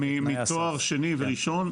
מתואר שני וראשון,